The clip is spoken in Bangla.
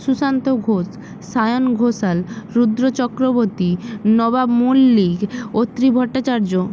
সুশান্ত ঘোষ সায়ন ঘোষাল রুদ্র চক্রবতী নবাব মল্লিক অত্রি ভট্টাচার্য